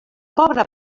pobre